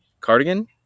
Cardigan